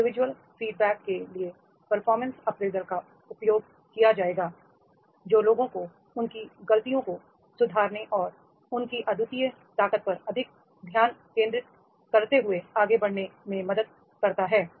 individual feedback के लिए performance appraisal का उपयोग किया जाएगा जो लोगों को उनकी गलतियों को सुधारने और उनकी अद्वितीय ताकत पर अधिक ध्यान केंद्रित करते हुए आगे बढ़ने में मदद करता है